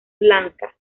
blanca